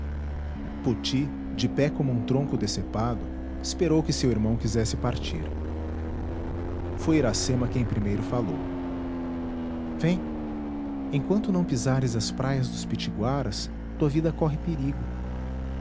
poti de pé como um tronco decepado esperou que seu irmão quisesse partir foi iracema quem primeiro falou vem enquanto não pisares as praias dos pitiguaras tua vida corre perigo